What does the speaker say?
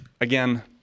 again